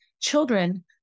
children